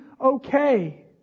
okay